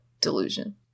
delusion